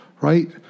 right